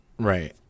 Right